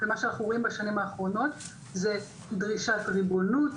ומה שאנחנו רואים בשנים האחרונות זו דרישת ריבונות,